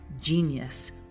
Genius